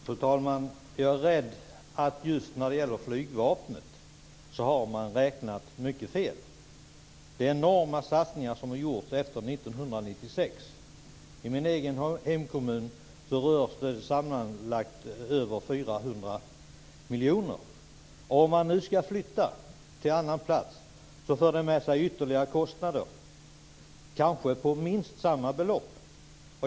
Fru talman! Jag är rädd att man har räknat mycket fel just när det gäller flygvapnet. Enorma satsningar har gjorts efter 1996. I min egen hemkommun rör det sig om sammanlagt över 400 miljoner kronor. Om man nu ska flytta till annan plats för det med sig ytterligare kostnader - kanske på minst samma belopp.